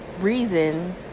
reason